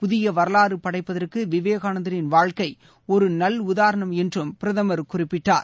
புதிய வரவாறு படைப்பதற்கு விவேகானந்தரின் வாழ்க்கை ஒரு நல் உதாரணம் என்று பிரதமர் குறிப்பிட்டார்